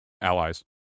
allies